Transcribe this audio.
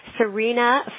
Serena